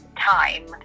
time